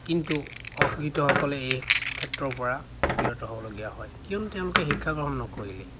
কিন্তু অশিক্ষিতসকলে এই ক্ষেত্ৰৰ পৰা বিৰত হ'বলগীয়া হয় কিয়নো তেওঁলোকে শিক্ষা গ্ৰহণ নকৰিলে